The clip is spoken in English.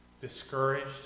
discouraged